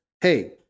hey